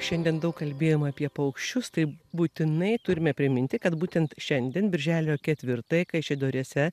šiandien daug kalbėjom apie paukščius tai būtinai turime priminti kad būtent šiandien birželio ketvirtąją kaišiadoryse